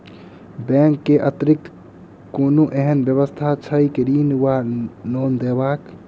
Bank केँ अतिरिक्त कोनो एहन व्यवस्था छैक ऋण वा लोनदेवाक?